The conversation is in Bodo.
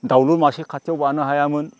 दाउलुर मासे खाथियाव बानो हायामोन